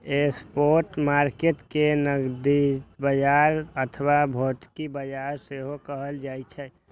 spot market कें नकदी बाजार अथवा भौतिक बाजार सेहो कहल जाइ छै